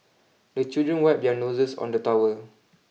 the children wipe their noses on the towel